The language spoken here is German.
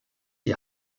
die